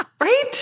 right